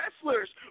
wrestlers